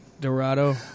Dorado